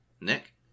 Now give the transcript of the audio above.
Nick